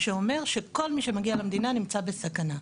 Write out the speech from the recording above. שאומר שכל מי שמגיע למדינה נמצא בסכנה,